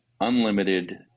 unlimited